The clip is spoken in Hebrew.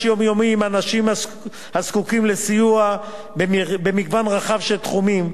יומיומי עם אנשים הזקוקים לסיוע במגוון רחב של תחומים,